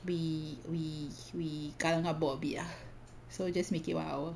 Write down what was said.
we we we kelam kabut a bit lah so we just make it one hour